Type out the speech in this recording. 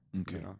Okay